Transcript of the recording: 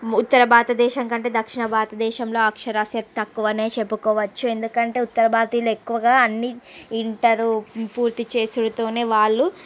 ఉత్తర భారతదేశం కంటే దక్షణ భారతదేశంలో అక్షరాస్యత తక్కువనే చెప్పుకోవచ్చు ఎందుకంటే ఉత్తర భారతీయులు ఎక్కువగా అన్నీ ఇంటరు పూర్తి చేసుడుతోనే వాళ్ళు